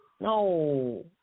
No